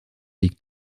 liegt